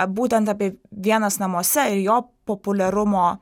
būtent apie vienas namuose ir jo populiarumo